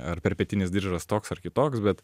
ar perpetinis diržas toks ar kitoks bet